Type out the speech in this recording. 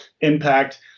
impact